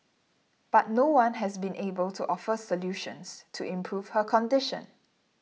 but no one has been able to offer solutions to improve her condition